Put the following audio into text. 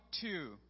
two